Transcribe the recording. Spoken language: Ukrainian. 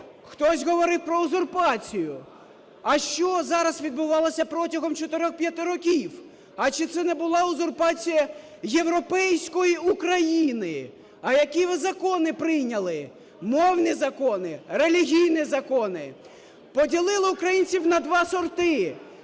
Хтось говорив про узурпацію. , що зараз відбувалося протягом 4-5 років? А чи це не була узурпація європейської України? А які ви закони прийняли? Мовні закони. Релігійні закони. Поділили українців на два сорти: